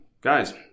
guys